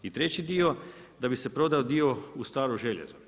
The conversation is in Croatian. I treći dio, da bi se prodao dio u staro željezo.